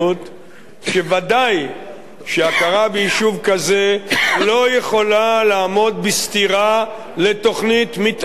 שוודאי שהכרה ביישוב כזה לא יכולה לעמוד בסתירה לתוכנית מיתאר קיימת.